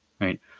right